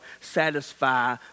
satisfy